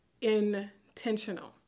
intentional